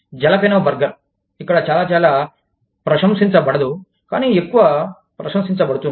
jalapeño burger ఇక్కడ చాలా చాలా ప్రశంసించబడదు కానీ ఎక్కువ ప్రశంసించబడుతుంది